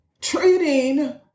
Treating